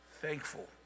thankful